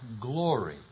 glory